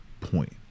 point